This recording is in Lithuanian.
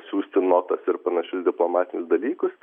siųsti notas ir panašius diplomatinius dalykus